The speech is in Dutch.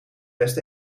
best